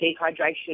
dehydration